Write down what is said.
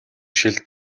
шил